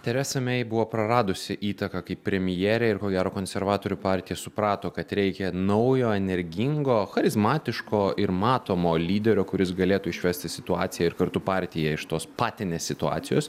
teresa mei buvo praradusi įtaką kaip premjerė ir ko gero konservatorių partija suprato kad reikia naujo energingo charizmatiško ir matomo lyderio kuris galėtų išvesti situaciją ir kartu partiją iš tos patinės situacijos